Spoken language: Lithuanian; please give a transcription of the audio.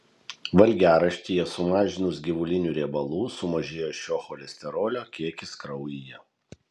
valgiaraštyje sumažinus gyvulinių riebalų sumažėja šio cholesterolio kiekis kraujyje